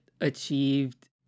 achieved